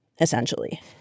essentially